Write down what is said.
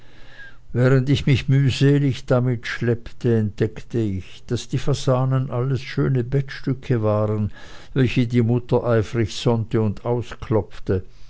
während ich mich mühselig damit schleppte entdeckte ich daß die fasanen alles schöne bettstücke waren welche die mutter eifrig sonnte und ausklopfte